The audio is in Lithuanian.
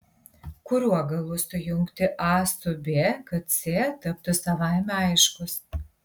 kuriuo galu sujungti a su b kad c taptų savaime aiškus